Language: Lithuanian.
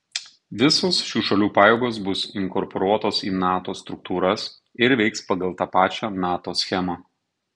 visos šių šalių pajėgos bus inkorporuotos į nato struktūras ir veiks pagal tą pačią nato schemą